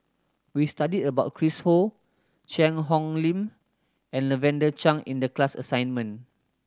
we studied about Chris Ho Cheang Hong Lim and Lavender Chang in the class assignment